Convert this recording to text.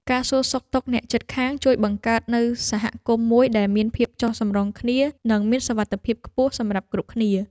ការសួរសុខទុក្ខអ្នកជិតខាងជួយបង្កើតនូវសហគមន៍មួយដែលមានភាពចុះសម្រុងគ្នានិងមានសុវត្ថិភាពខ្ពស់សម្រាប់គ្រប់គ្នា។